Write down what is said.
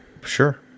Sure